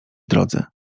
drodze